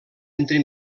entre